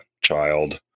child